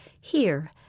Here